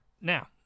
now